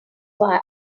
why